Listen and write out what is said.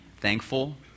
thankful